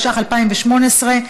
התשע"ח 2018,